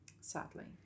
Sadly